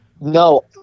No